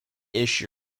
issue